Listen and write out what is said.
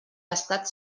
estat